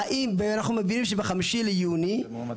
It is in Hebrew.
האם ואנחנו מבינים שב-5 ליולי,